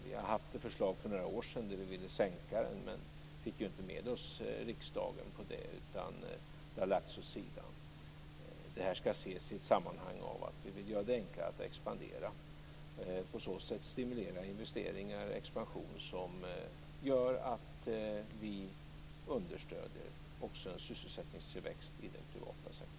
Vi hade ett förslag för några år sedan, då vi ville sänka den. Men vi fick inte med oss riksdagen på det, utan det har lagts åt sidan. Det här ska ses i ett sammanhang av att vi vill göra det enklare att expandera och på så sätt stimulera investeringar och expansion som gör att vi understöder också en sysselsättningstillväxt i den privata sektorn.